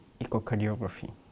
echocardiography